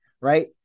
right